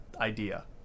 idea